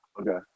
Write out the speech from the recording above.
okay